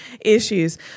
issues